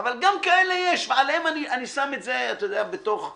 אבל גם כאלה יש, ועליהם אני שם את זה בתוך צרור,